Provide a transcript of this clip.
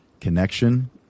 connection